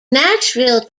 nashville